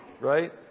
right